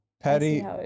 Patty